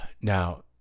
Now